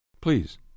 Please